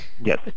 Yes